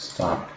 Stop